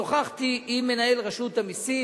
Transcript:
שוחחתי עם מנהל רשות המסים,